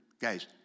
guys